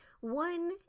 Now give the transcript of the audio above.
One